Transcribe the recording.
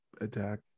attack